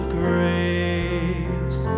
grace